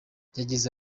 yagize